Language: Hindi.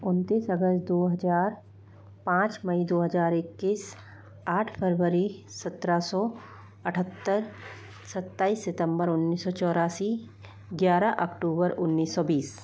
उनतीस अगस्त दो हज़ार पांच मई दो हज़ार इक्कीस आठ फरवरी सत्रह सौ अठत्तर सत्ताईस सितम्बर उन्नीस सौ चौरासी ग्यारह अक्टूबर उन्नीस सौ बीस